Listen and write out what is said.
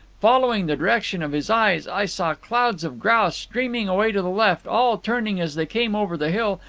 following the direction of his eyes, i saw clouds of grouse streaming away to the left, all turning as they came over the hill,